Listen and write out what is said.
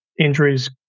injuries